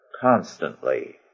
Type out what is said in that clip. constantly